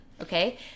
Okay